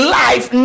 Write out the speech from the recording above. life